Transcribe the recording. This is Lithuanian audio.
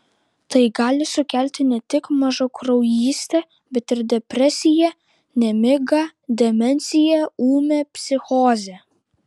tai gali sukelti ne tik mažakraujystę bet ir depresiją nemigą demenciją ūmią psichozę